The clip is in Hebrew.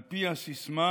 על פי הסיסמה: